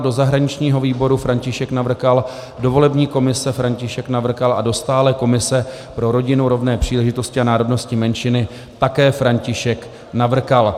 Do zahraničního výboru František Navrkal, do volební komise František Navrkal a do stálé komise pro rodinu, rovné příležitosti a národnostní menšiny také František Navrkal.